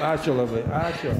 ačiū labai ačiū